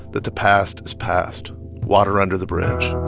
that the past is past, water under the bridge